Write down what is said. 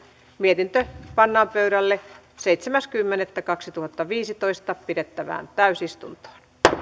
mietintö pannaan pöydälle seitsemäs kymmenettä kaksituhattaviisitoista pidettävään täysistuntoon